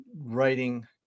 writing